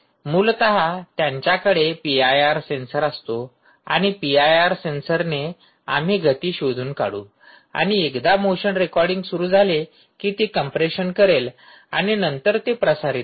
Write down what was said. मूलत त्यांच्याकडे PIR sensor असतो आणि पीआयआर सेन्सरने आम्ही गती शोधून काढू आणि एकदा मोशन रेकॉर्डिंग सुरू झाले कि ते कम्प्रेशन करेल आणि नंतर ते प्रसारित करेल